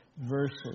verses